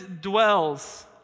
dwells